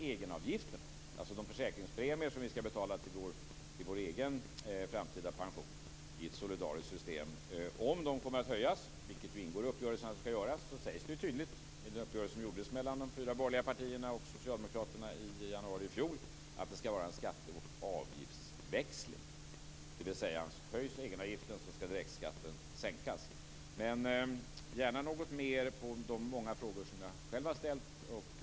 Egenavgifterna, dvs. de försäkringspremier som vi skall betala till vår egen framtida pension i ett solidariskt system, kommer att höjas. Det ingår i uppgörelsen att de kommer att göra det. I det avseendet sägs det tydligt i den uppgörelse som gjordes mellan de fyra borgerliga partierna och Socialdemokraterna i januari i fjol att det skall vara en skatte och avgiftsväxling. Dvs. att direktskatten skall sänkas om egenavgiften höjs. Jag vill gärna höra något mer när det gäller de många frågor som jag själv har ställt.